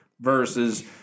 versus